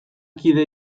kide